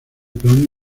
plan